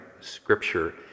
scripture